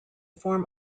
form